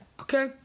okay